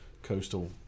Coastal